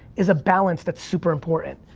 is a balance that's super important,